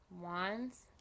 wands